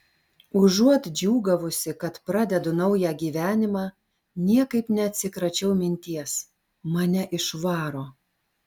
užuot džiūgavusi kad pradedu naują gyvenimą niekaip neatsikračiau minties mane išvaro